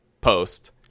post